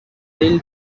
till